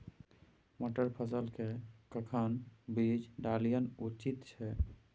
मटर फसल के कखन बीज डालनाय उचित छै?